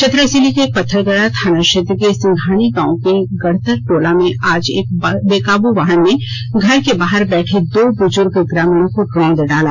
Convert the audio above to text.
चतरा जिले के पत्थलगडा थाना क्षेत्र के सिंघानी गांव के गढ़तर टोला में आज एक बेकाबू वाहन ने घर के बाहर बैठे दो बुजूर्ग ग्रामीणों को रौंद डाला